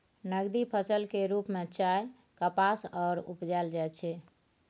नकदी फसल के रूप में चाय, कपास आर उपजाएल जाइ छै